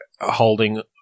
holding